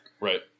Right